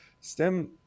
STEM